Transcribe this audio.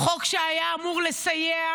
חוק שהיה אמור לסייע